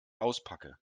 auspacke